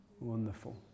wonderful